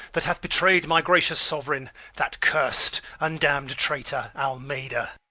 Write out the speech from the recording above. that hath betray'd my gracious sovereign that curs'd and damned traitor almeda.